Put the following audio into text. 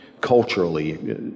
culturally